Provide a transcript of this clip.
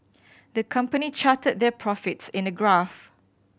the company charted their profits in a graph